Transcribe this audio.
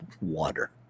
water